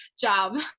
job